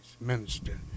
minister